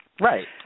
right